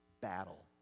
battle